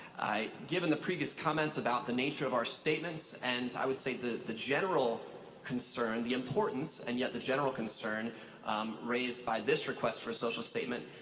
given the previous comments about the nature of our statements, and i would say the the general concern, the importance and yet the general concern raised by this request for social statement,